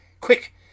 Quick